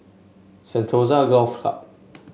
Sentosa Golf Club